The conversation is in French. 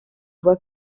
voie